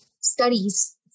studies